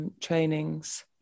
trainings